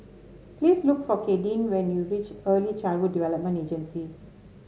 please look for Kadyn when you reach Early Childhood Development Agency